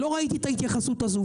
לא ראיתי את ההתייחסות הזו,